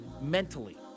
Mentally